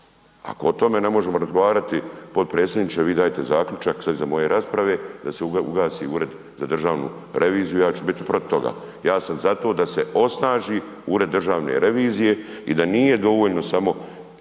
Ako o tome ne možemo razgovarati, potpredsjedniče, vi dajte zaključak u svezi moje rasprave, da se ugasi Ured za državnu reviziju, ja ću biti protiv toga. Ja sam zato da se osnaži Ured državne revizije i da nije dovoljno samo